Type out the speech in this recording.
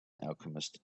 alchemist